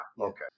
Okay